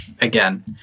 Again